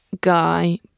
guy